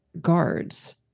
guards